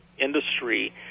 industry